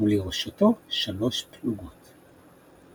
ולרשותו שלוש פלוגות.